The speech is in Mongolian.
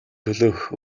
төлөөх